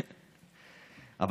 טוב אתה, בוסו.